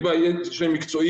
אני בעל ידע מקצועי,